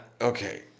Okay